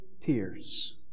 tears